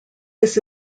this